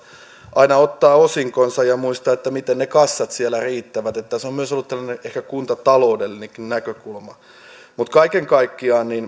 aina ottaa osinkonsa ja muistetaan miten ne kassat siellä riittävät tässä on myös ollut tällainen ehkä kuntataloudellinenkin näkökulma kaiken kaikkiaan